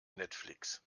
netflix